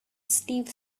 steve